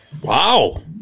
Wow